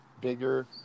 bigger